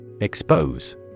Expose